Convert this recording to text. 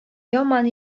яман